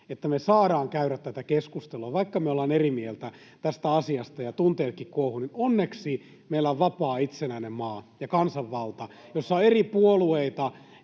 että me saadaan käydä tätä keskustelua. Vaikka me ollaan eri mieltä tästä asiasta ja tunteetkin kuohuvat, niin onneksi meillä on vapaa, itsenäinen maa ja kansanvalta, jossa on eri puolueita